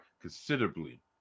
considerably